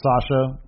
Sasha